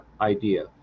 idea